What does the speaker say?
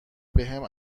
بهم